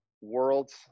worlds